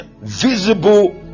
visible